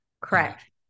Correct